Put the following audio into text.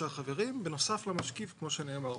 בנוסף למשקיף כמו שנאמר פה.